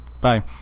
Bye